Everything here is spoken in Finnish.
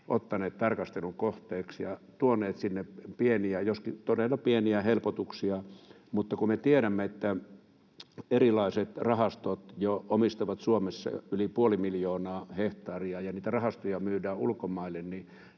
ottaneet tarkastelun kohteeksi ja tuoneet sinne pieniä, joskin todella pieniä, helpotuksia. Mutta kun me tiedämme, että erilaiset rahastot omistavat Suomessa jo yli puoli miljoonaa hehtaaria ja niitä rahastoja myydään ulkomaille,